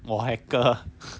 我 hacker